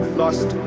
lost